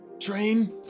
train